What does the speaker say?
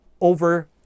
over